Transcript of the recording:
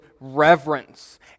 reverence